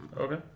Okay